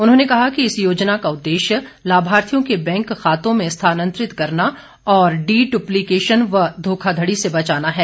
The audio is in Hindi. उन्होंने कहा कि इस योजना का उद्देश्य लाभार्थियों के बैंक खातों में स्थानांतरित करना और डी ड्य्लीकेशन व धोखाधड़ी से बचाना है